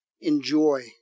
Enjoy